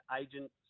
Agent